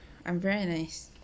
I'm very nice